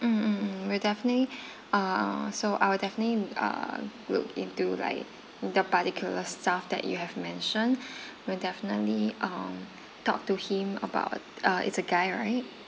um um um we'll definitely err so I will definitely err look into like the particular stuff that you have mentioned we'll definitely um talk to him about uh it's a guy right